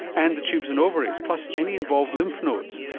and the tubes and ovaries, plus any involved lymph nodes,